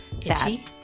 itchy